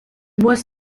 was